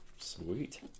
Sweet